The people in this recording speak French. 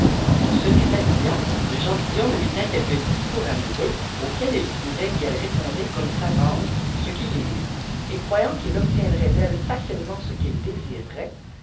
en se déshabillant le g entilhomme lui tint quelques discours ampureux auxquels il trouvait qu'elle répondait comme savante ce qui l'émeut et croyant qu'il obtiendrait d'elle facilement ce qu'il désirait